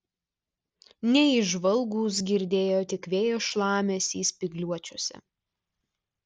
neįžvalgūs girdėjo tik vėjo šlamesį spygliuočiuose